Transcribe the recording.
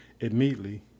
immediately